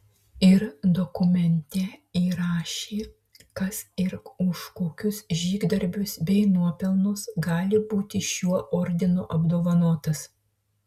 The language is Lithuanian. ir dokumente įrašė kas ir už kokius žygdarbius bei nuopelnus gali būti šiuo ordinu apdovanotas